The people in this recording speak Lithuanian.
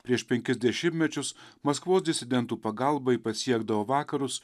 prieš penkis dešimtmečius maskvos disidentų pagalba ji pasiekdavo vakarus